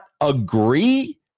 agree